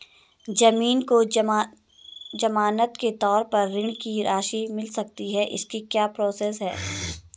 ज़मीन को ज़मानत के तौर पर ऋण की राशि मिल सकती है इसकी क्या प्रोसेस है?